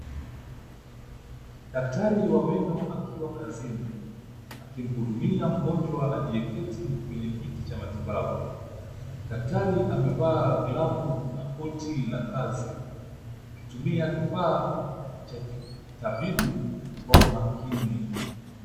Daktari wa meno akiwa kazini akimhudumia mgonjwa aliyeketi kwenye kiti cha matibabu. Daktari amevaa glavu na koti la kazi, akitumia kifaa cha kitabibu kwa umakini.